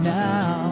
now